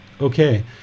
okay